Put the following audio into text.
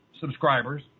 subscribers